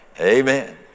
Amen